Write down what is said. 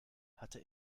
hatte